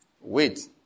Wait